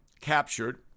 captured